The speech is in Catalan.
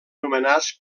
nomenats